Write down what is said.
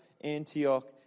Antioch